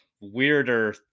weirder